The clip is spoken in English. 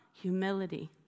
humility